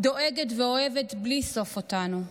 דואגת ואוהבת בלי סוף אותנו,